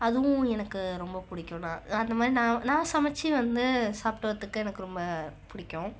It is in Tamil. அதுவும் எனக்கு ரொம்ப பிடிக்கும் நான் அந்த மாதிரி நான் சமைத்து வந்து சாப்பிடுறதுக்கு எனக்கு ரொம்ப பிடிக்கும்